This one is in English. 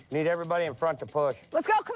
need everybody in front to push. let's go. come